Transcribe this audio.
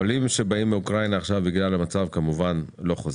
עולים שבאים מאוקראינה עכשיו בגלל המצב כמובן לא חוזרים.